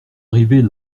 arrivés